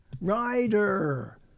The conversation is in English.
rider